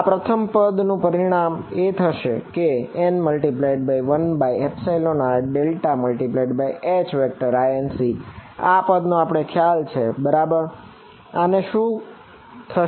તેથી આ પ્રથમ પદ નું પરિણામ એ થશે કે n×1r∇×Hinc આ પદ નો આપણને ખ્યાલ છે બરાબર અને અહીં શું થશે